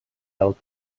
del